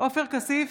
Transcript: עופר כסיף,